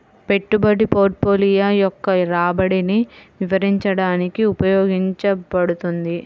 పెట్టుబడి పోర్ట్ఫోలియో యొక్క రాబడిని వివరించడానికి ఉపయోగించబడుతుంది